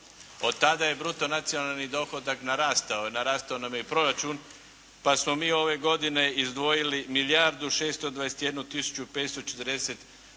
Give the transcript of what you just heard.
Od tada je bruto nacionalni dohodak narastao. Narastao nam je i proračun, pa smo mi ove godine izdvojili milijardu 621 tisuću